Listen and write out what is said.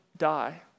die